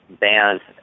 bands